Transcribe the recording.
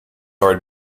are